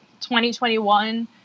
2021